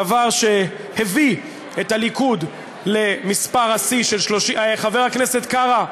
דבר שהביא את הליכוד למספר השיא של 30. חבר הכנסת קרא,